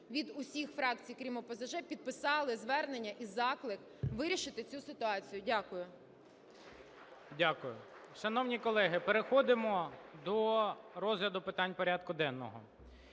від усіх фракцій, крім ОПЗЖ, підписали звернення і заклик вирішити цю ситуацію. Дякую. ГОЛОВУЮЧИЙ. Дякую. Шановні колеги, переходимо до розгляду питань порядку денного.